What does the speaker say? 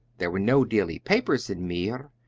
there were no daily papers in meer,